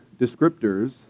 descriptors